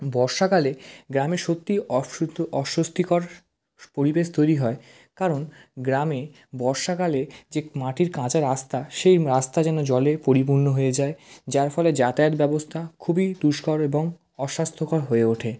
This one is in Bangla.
বর্ষাকালে গ্রামে সত্যিই অশুদ্ধ অস্বস্তিকর পরিবেশ তৈরি হয় কারণ গ্রামে বর্ষাকালে যে মাটির কাঁচা রাস্তা সেই রাস্তা যেন জলের পরিপূর্ণ হয়ে যায় যার ফলে যাতায়াত ব্যবস্থা খুবই দুষ্কর এবং অস্বাস্থ্যকর হয়ে ওঠে